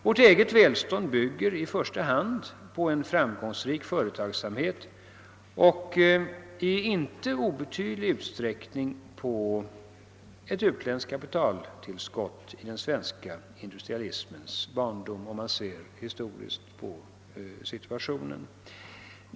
Vårt eget välstånd bygger i första hand på en framgångsrik företagsamhet och i inte obetydlig utsträckning på ett utländskt kapitaltillskott i den svenska industrialismens barndom, om man ser historiskt på situationen.